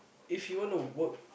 if you want to work